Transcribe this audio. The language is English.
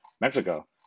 Mexico